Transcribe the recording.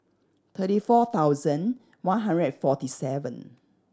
thirty four thousand one hundred and forty seven